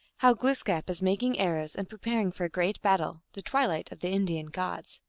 how glooskap is making arrows, and preparing for a great battle. the twilight of the indian gods.